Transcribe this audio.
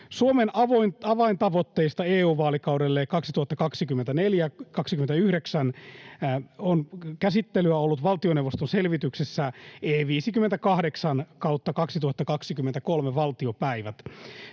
Suomen avaintavoitteista EU-vaalikaudelle 2024—2029 on ollut käsittelyä valtioneuvoston selvityksessä E 58/2023 vp.